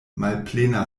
malplena